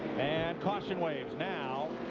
and caution waves now.